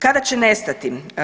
Kada će nestati?